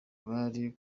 bari